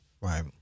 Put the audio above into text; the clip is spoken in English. Right